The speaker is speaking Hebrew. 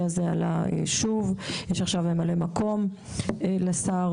הזה עלה שוב; עכשיו יש ממלא מקום לשר.